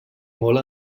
molt